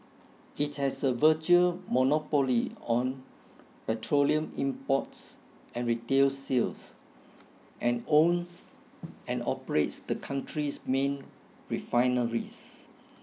it has a virtual monopoly on petroleum imports and retail sales and owns and operates the country's main refineries